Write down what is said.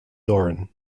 doran